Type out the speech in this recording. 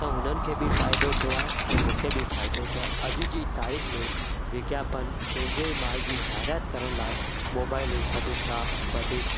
त हुननि खे बि फ़ाइदो थियो आहे ऐं मूंखे बि फ़ाइदो थियो आहे अॼु जी तारीख़ में विज्ञापन पंहिंजे माल जी जायरात करण लाइ मोबाइल ई सभिनि खां वधीक